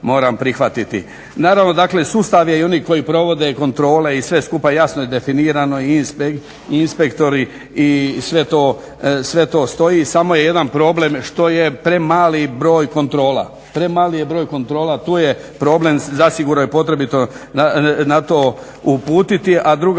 moram prihvatiti. Naravno dakle sustav je i oni koji provode kontrole i sve skupa jasno je definirano i inspektori i sve to stoji, samo je jedan problem što je premali broj kontrola. Premali je broj kontrola, tu je problem, zasigurno je potrebno na to uputiti. A druga